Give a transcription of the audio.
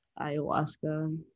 ayahuasca